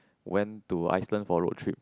went to Iceland for road trip